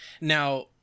Now